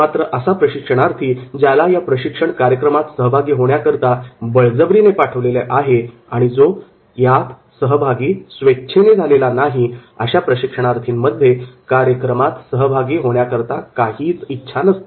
मात्र असा प्रशिक्षणार्थी ज्याला या प्रशिक्षण कार्यक्रमात सहभागी होण्याकरिता बळजबरीने पाठवलेले आहे व जो स्वेच्छेने यात सहभागी झालेला नाही अशा प्रशिक्षणार्थीमध्ये कार्यक्रमात सहभागी होण्याकरता काहीच इच्छा नसते